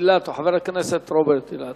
חבר הכנסת רוברט אילטוב,